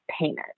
payment